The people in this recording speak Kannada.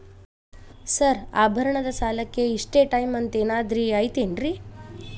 ಸರ್ ಆಭರಣದ ಸಾಲಕ್ಕೆ ಇಷ್ಟೇ ಟೈಮ್ ಅಂತೆನಾದ್ರಿ ಐತೇನ್ರೇ?